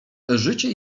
życie